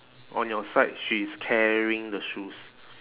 on your side she is carrying the shoes